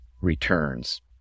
returns